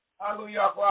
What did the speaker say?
Hallelujah